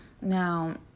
Now